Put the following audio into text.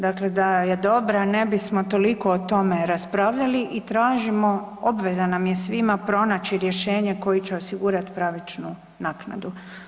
Dakle, da je dobra ne bismo toliko o tome raspravljali i tražimo, obveza nam je svima pronaći rješenje koja će osigurat pravičnu naknadu.